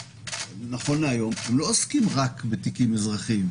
נכון להיום, לא עוסקים רק בתיקים אזרחיים,